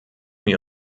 wir